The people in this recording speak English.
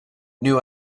new